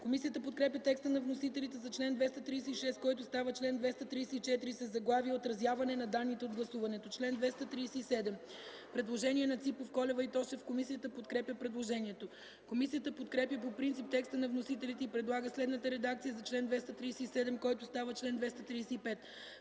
Комисията подкрепя текста на вносителите за чл. 236, който става чл. 234 със заглавие „Отразяване на данните от гласуването”. По чл. 237 има предложение от народните представители Ципов, Колева и Тошев. Комисията подкрепя предложението. Комисията подкрепя по принцип текста на вносителите и предлага следната редакция за чл. 237, който става чл. 235: